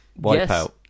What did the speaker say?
Wipeout